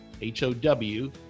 H-O-W